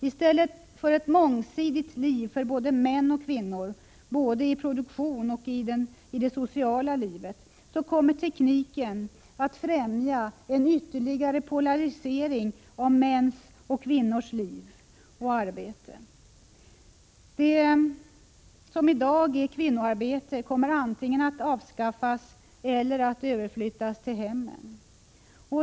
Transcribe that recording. I stället för ett mångsidigt liv för både män och kvinnor, både i produktionen och i det sociala livet, kommer tekniken att främja en ytterligare polarisering av mäns och kvinnors liv och arbete. Det som i dag är kvinnoarbete kommer antingen att avskaffas eller överflyttas til hemmen.